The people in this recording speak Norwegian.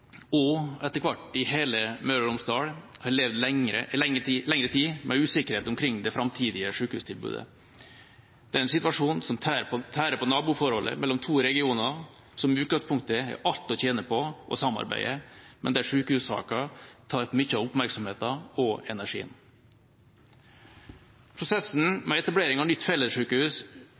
har i lengre tid levd med usikkerhet om det framtidige sykehustilbudet. Det er en situasjon som tærer på naboforholdet mellom to regioner, som i utgangspunktet har alt å tjene på å samarbeide, men der sykehussaken tar mye av oppmerksomheten og energien.